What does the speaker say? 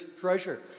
treasure